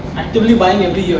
actively buying every year,